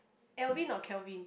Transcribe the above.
Alvin or Kelvin